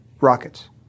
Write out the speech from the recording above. Rockets